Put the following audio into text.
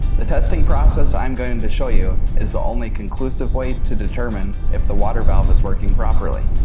the testing process i am going to show you is the only conclusive way to determine if the water valve is working properly.